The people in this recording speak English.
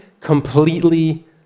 completely